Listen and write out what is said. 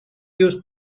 used